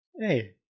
Hey